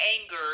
anger